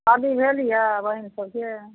शादी भेल यऽ बहीन सबके